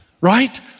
right